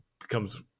becomes